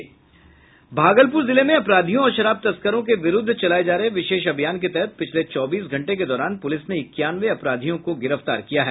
भागलपुर जिले में अपराधियों और शराब तस्करों के विरूद्व चलाये जा रहे विशेष अभियान के तहत पिछले चौबीस घंटे के दौरान पुलिस ने इक्यानवे अपराधियों को गिरफ्तार किया है